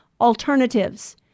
alternatives